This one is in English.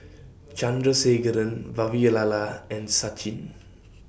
Chandrasekaran Vavilala and Sachin